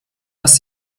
dass